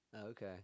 Okay